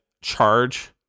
charge